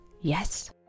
Yes